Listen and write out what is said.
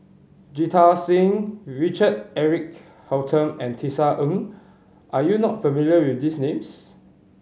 Jita Singh Richard Eric Holttum and Tisa Ng are you not familiar with these names